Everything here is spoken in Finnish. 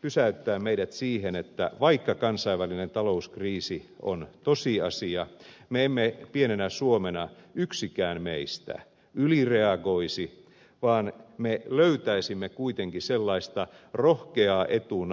pysäyttää meidät siihen että vaikka kansainvälinen talouskriisi on tosiasia me emme pienenä suomena yksikään meistä ylireagoisi vaan me löytäisimme kuitenkin sellaista rohkeaa etunojaa